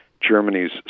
Germany's